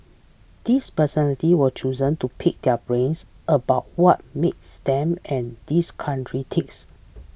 these personality were chosen to pick their brains about what makes them and this country ticks